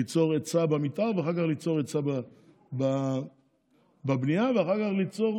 ליצור היצע במתאר ואחר כך ליצור היצע בבנייה ואחר כך ליצור